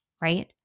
Right